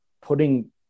putting